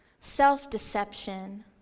self-deception